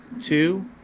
two